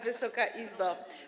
Wysoka Izbo!